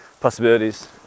possibilities